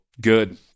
good